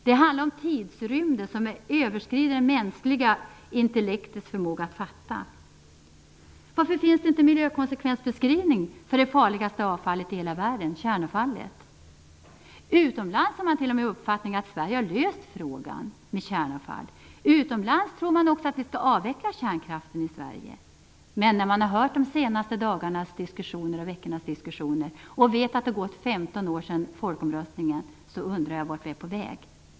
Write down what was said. Det handlar om tidsrymder som överskrider det mänskliga intellektets fattningsförmåga. Varför finns ingen miljökonsekvensbeskrivning för det farligaste avfallet i hela världen, kärnavfallet? Utomlands har man t.o.m. uppfattningen att Sverige har löst frågan med kärnavfall. Utomlands tror man också att vi skall avveckla kärnkraften i Sverige. Men när man har hört de senaste dagarnas och veckornas diskussioner och vet att det har gått 15 år sedan folkomröstningen undrar man vart vi är på väg.